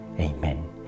Amen